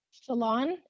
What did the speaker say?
salon